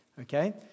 Okay